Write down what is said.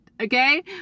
okay